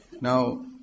Now